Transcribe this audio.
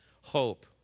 Hope